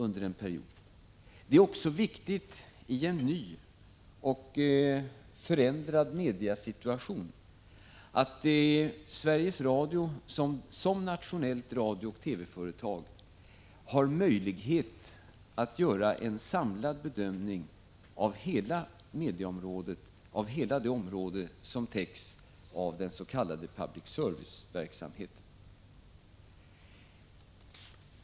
1985/86:160 under en period utan också i en ny och förändrad mediesituation, att Sveriges 3 juni 1986 Radio som nationellt radiooch TV-företag har möjlighet att göra en samlad bedömning av hela mediaområdet, dvs. hela det område som täcks av den s.k. public service-verksamheten.